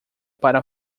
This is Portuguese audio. para